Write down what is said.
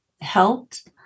helped